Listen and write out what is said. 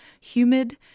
humid